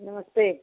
नमस्ते